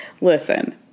Listen